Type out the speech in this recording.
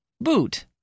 Boot